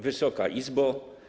Wysoka Izbo!